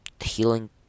healing